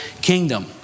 kingdom